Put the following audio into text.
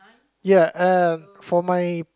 ya uh for my